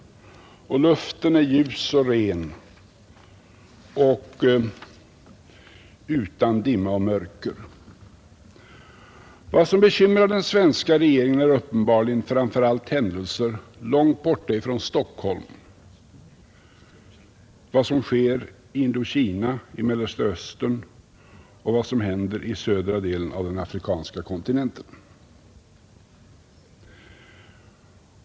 Luften är ljus och ren och utan dimma och mörker. Vad som bekymrar den svenska regeringen är uppenbarligen framför allt händelser långt borta från Stockholm, vad som sker i Indokina, Mellersta Östern och i södra delen av den afrikanska kontinenten.